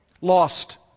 lost